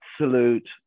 absolute